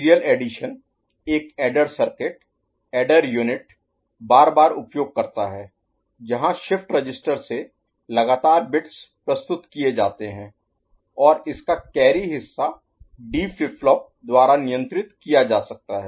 serial addition एक adder circuit adder unit Unit इकाई बार बार उपयोग करता है जहां शिफ्ट रजिस्टर से लगातार बिट्स प्रस्तुत किए जाते हैं और इसका कैरी हिस्सा डी फ्लिप फ्लॉप द्वारा नियंत्रित किया जा सकता है